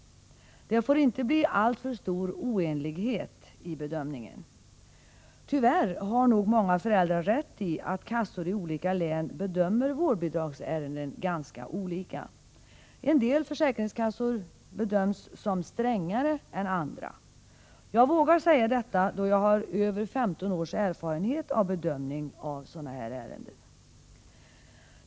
Det får inte bli alltför stor oenighet i bedömningen. Tyvärr har nog många föräldrar rätt i att kassor i olika län bedömer vårdbidragsärenden ganska olika. En del försäkringskassor betraktas som strängare än andra. Jag vågar säga detta, då jag har över 15 års erfarenhet av bedömning av sådana ärenden.